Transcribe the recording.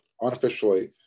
unofficially